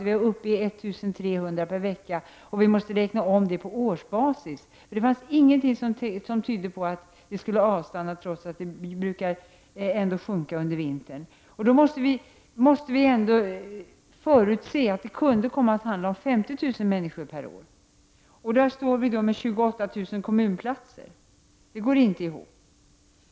Vi är uppe i 1 300 per vecka, och vi måste räkna om det på årsbasis, för det fanns ingenting som tydde på att inströmningen skulle avstanna, trots att antalet ändå brukar minska under vintern. Då måste vi förutse att det kunde komma att handla om 50 000 per år. Och där står vi då med 28 000 kommunplatser. Det går inte ihop.